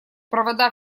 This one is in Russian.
провода